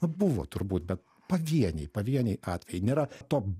nu buvo turbūt bet pavieniai pavieniai atvejai nėra to